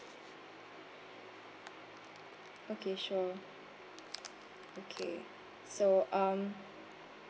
okay sure okay so um